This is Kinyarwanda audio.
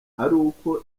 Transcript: aruko